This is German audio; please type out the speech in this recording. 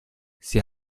sie